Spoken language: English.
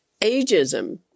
ageism